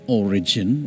origin